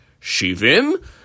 shivim